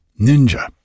Ninja